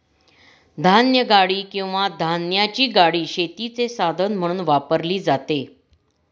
धान्यगाडी किंवा धान्याची गाडी शेतीचे साधन म्हणून वापरली जाते